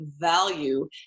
value